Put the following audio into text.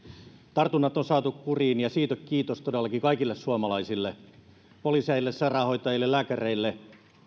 tartunnat on saatu kuriin ja siitä kiitos todellakin kaikille suomalaisille poliiseille sairaanhoitajille lääkäreille